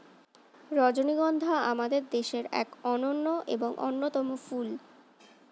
রজনীগন্ধা আমাদের দেশের এক অনন্য এবং অন্যতম ফুল